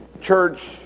church